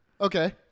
Okay